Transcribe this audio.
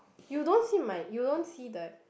you don't see my you don't see the